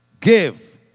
give